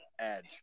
Edge